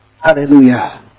Hallelujah